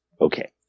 Okay